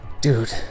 dude